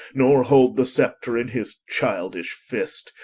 nor hold the scepter in his childish fist,